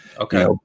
okay